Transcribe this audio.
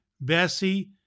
Bessie